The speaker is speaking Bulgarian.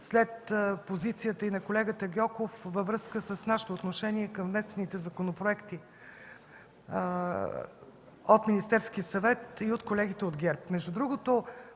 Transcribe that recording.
след позицията и на колегата Гьоков във връзка с нашето отношение към внесените законопроекти от Министерския съвет и от колегите от ГЕРБ. Между другото,